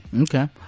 Okay